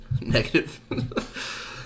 negative